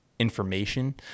information